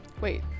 Wait